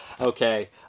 Okay